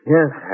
Yes